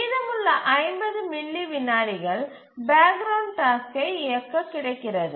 மீதமுள்ள 50 மில்லி வினாடிகள் background டாஸ்க்கை இயக்க கிடைக்கிறது